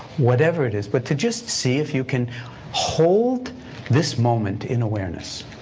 whatever it is, but to just see if you can hold this moment in awareness.